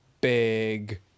big